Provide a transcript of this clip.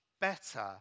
better